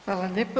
Hvala lijepo.